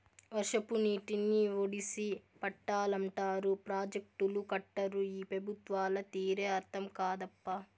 వర్షపు నీటిని ఒడిసి పట్టాలంటారు ప్రాజెక్టులు కట్టరు ఈ పెబుత్వాల తీరే అర్థం కాదప్పా